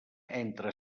entra